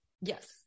Yes